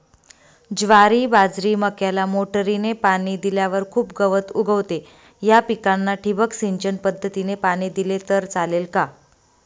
ज्वारी, बाजरी, मक्याला मोटरीने पाणी दिल्यावर खूप गवत उगवते, या पिकांना ठिबक सिंचन पद्धतीने पाणी दिले तर चालेल का?